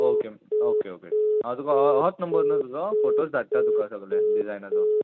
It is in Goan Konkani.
ओके ओके ओके हांव तुका होच नंबर न्हू तुजो फोटोज धाडटा तुका सगळें डिजायनाचो